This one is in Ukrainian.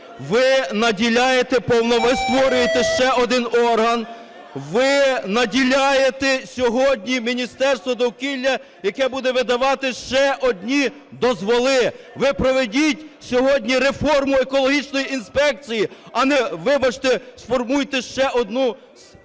ви наділяєте… ви створюєте ще один орган, ви наділяєте сьогодні Міністерство довкілля, яке буде видавати ще одні дозволи. Ви проведіть сьогодні реформу екологічної інспекції, а не, вибачте, сформуйте ще одну